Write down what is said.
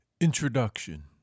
Introduction